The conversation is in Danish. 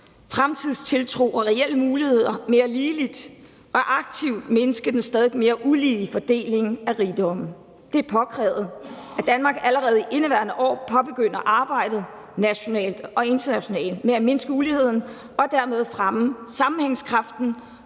fremtidstiltro og reelle muligheder mere ligeligt og aktivt mindske den stadig mere ulige fordeling af rigdomme. Det er påkrævet, at Danmark allerede i indeværende år påbegynder arbejdet, nationalt og internationalt, med at mindske uligheden og dermed fremme sammenhængskraft